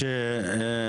עכשיו.